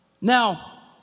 Now